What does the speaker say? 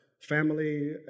family